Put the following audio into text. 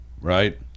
right